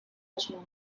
asmoa